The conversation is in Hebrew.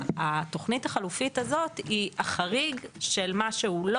התוכנית החלופית הזאת היא החריג של מה שהוא לא